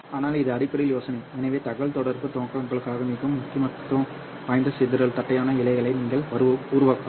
ஆனால் இது அடிப்படையில் யோசனை எனவே தகவல்தொடர்பு நோக்கங்களுக்காக மிகவும் முக்கியத்துவம் வாய்ந்த சிதறல் தட்டையான இழைகளை நீங்கள் உருவாக்கலாம்